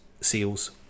seals